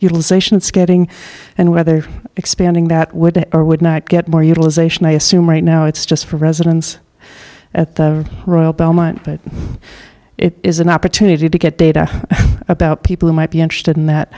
getting and whether expanding that would or would not get more utilization i assume right now it's just for residents at the royal belmont but it is an opportunity to get data about people who might be interested in